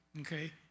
Okay